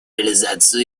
реализацию